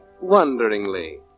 wonderingly